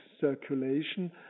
circulation